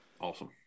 Awesome